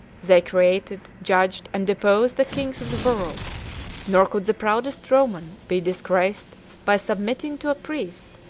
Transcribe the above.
they created, judged, and deposed the kings of the world nor could the proudest roman be disgraced by submitting to a priest,